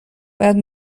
باید